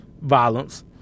violence